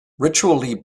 ritually